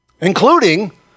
including